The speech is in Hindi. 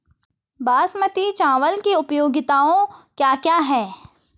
बासमती चावल की उपयोगिताओं क्या क्या हैं?